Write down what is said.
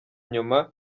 inyuma